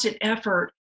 effort